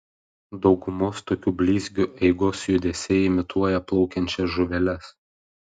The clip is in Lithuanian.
daugumos tokių blizgių eigos judesiai imituoja plaukiančias žuveles